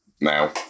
now